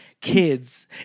Kids